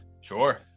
Sure